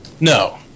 No